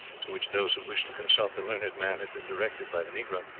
to which those who wished to consult the learned man had been directed by the negro.